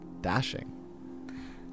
dashing